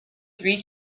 three